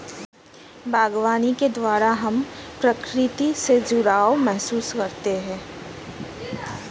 बागवानी के द्वारा हम प्रकृति से जुड़ाव महसूस करते हैं